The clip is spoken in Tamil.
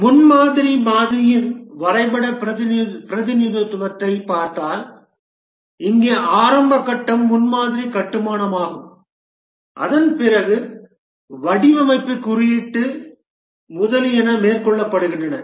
முன்மாதிரி மாதிரியின் வரைபட பிரதிநிதித்துவத்தைப் பார்த்தால் இங்கே ஆரம்ப கட்டம் முன்மாதிரி கட்டுமானமாகும் அதன் பிறகு வடிவமைப்பு குறியீட்டு முதலியன மேற்கொள்ளப்படுகின்றன